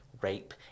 rape